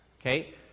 okay